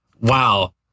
wow